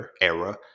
era